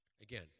Again